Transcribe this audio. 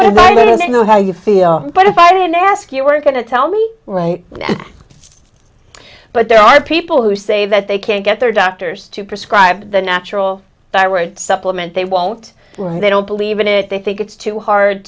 don't know how you feel but about it and ask you are going to tell me right now but there are people who say that they can't get their doctors to prescribe the natural thyroid supplement they won't they don't believe in it they think it's too hard